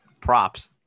Props